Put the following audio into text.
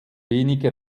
wenig